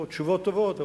או תשובות טובות.